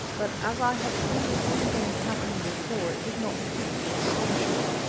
but as i had seen the same thing happen before it did not particularly astonish me.